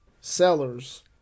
sellers